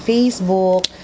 Facebook